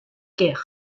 ker